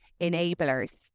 enablers